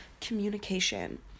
communication